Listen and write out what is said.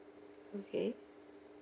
okay